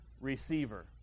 receiver